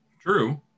True